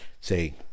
say